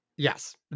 Yes